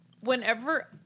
Whenever